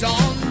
on